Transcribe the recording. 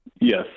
Yes